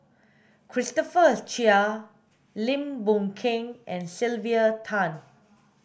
Christopher Chia Lim Boon Keng and Sylvia Tan